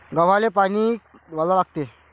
गव्हाले किती पानी वलवा लागते?